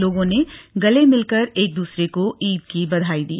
लोगों ने गले मिलकर एक दूसरे को ईद की बधाई दी